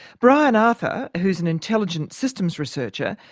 brian arthur, who's an intelligence systems researcher,